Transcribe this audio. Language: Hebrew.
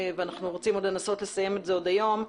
ואנחנו רוצים לנסות לסיים את זה עוד היום.